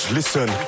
Listen